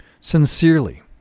sincerely